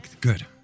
Good